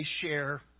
share